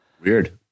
Weird